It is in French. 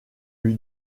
lui